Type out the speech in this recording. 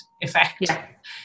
effect